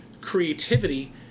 creativity